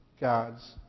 God's